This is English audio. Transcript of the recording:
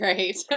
Right